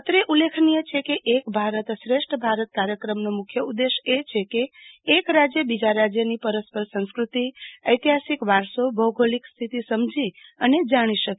અત્રે ઉલ્લેખનીય છે કે એક ભારત શ્રેષ્ઠ ભારત કાર્યક્રમનો મુખ્ય ઉદ્દેશ એ છે કે એક રાજ્ય બીજા રાજ્યની પરસ્પર સંસ્કૃતિ ઐતિહાસિક વારસો ભૌગોલિક સ્થિતિ સમજી અને જાણી શકે